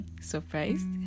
Surprised